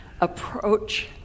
approach